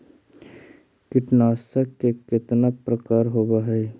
कीटनाशक के कितना प्रकार होव हइ?